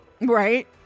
Right